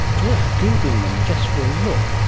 it's worth googling them just for a look.